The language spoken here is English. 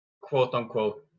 quote-unquote